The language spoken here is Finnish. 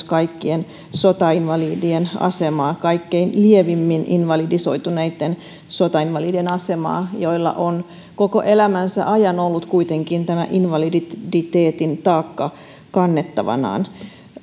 kaikkien sotainvalidien asemaa myös kaikkein lievimmin invalidisoituneitten sotainvalidien asemaa joilla on koko elämänsä ajan ollut kuitenkin tämä invaliditeetin taakka kannettavanaan